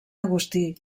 agustí